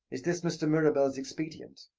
is this mr. mirabell's expedient?